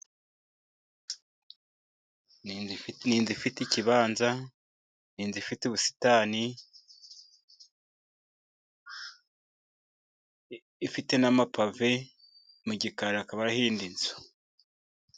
Inzu ifite ikibanza, inzu ifite ubusitani, ifite n'amapave. Mu gikari hakabaho indi nzu.